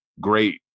great